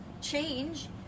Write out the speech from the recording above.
change